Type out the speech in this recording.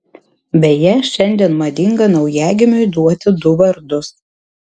beje šiandien madinga naujagimiui duoti du vardus